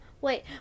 wait